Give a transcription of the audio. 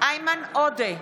איימן עודה,